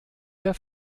der